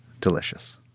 delicious